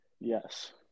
Yes